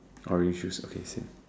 orange shoes okay same